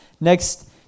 next